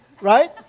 Right